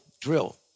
drill